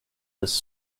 this